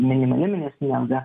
minimali mėnesinė alga